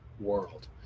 world